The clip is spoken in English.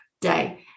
day